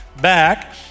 Back